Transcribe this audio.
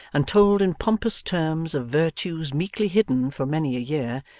and told in pompous terms of virtues meekly hidden for many a year,